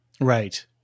Right